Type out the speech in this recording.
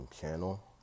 channel